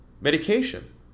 medication